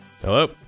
Hello